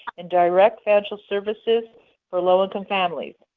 and direct financial services for low income families,